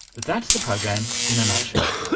that's the program in a nutshell.